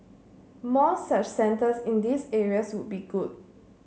more such centres in these areas would be good